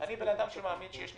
אני אדם שמאמין שיש ניסים.